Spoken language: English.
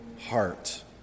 heart